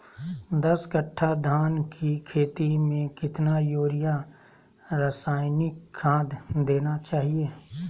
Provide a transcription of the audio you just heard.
दस कट्टा धान की खेती में कितना यूरिया रासायनिक खाद देना चाहिए?